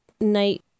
night